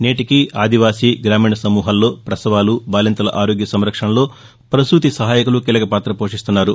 నేటికీ ఆదివాసీ గ్రామీణ సమూహాల్లో ప్రసవాలు బాలింతల ఆరోగ్య సంరక్షణలో ప్రసూతి సహాయకులు కీలకపాత పోషిస్తున్నారు